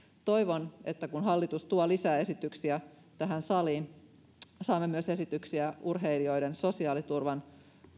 toivon että kun hallitus tuo lisää esityksiä tähän saliin saamme myös esityksiä urheilijoiden sosiaaliturvan